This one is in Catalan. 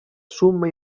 summa